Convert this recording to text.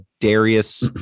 Darius